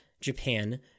Japan